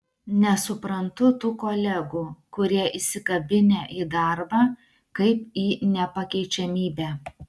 nesuprantu tų kolegų kurie įsikabinę į darbą kaip į nepakeičiamybę